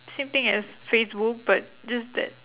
same thing as facebook but just that